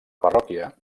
parròquia